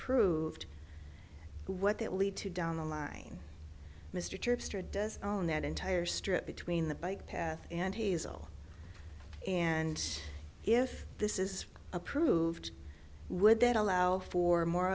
proved what that lead to down the line mr does own that entire strip between the bike path and hazel and if this is approved would that allow for more